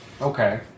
Okay